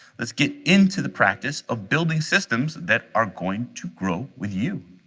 let's get into the practice of building systems that are going to grow with you.